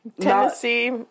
Tennessee